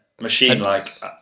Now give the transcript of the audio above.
Machine-like